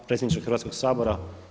Predsjedniče Hrvatskoga sabora!